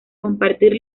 compartir